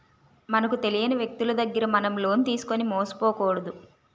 మనకు తెలియని వ్యక్తులు దగ్గర మనం లోన్ తీసుకుని మోసపోకూడదు